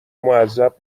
معذب